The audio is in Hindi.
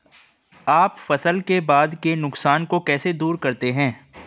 आप फसल के बाद के नुकसान को कैसे दूर करते हैं?